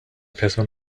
person